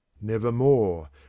Nevermore